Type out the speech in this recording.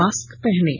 mask पहनें